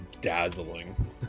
dazzling